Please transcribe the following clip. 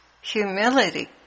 humility